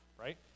right